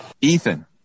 Ethan